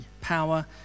power